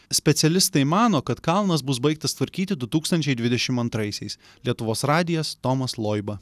specialistai mano kad kalnas bus baigtas tvarkyti du tūkstančiai dvidešim antraisiais lietuvos radijas tomas loiba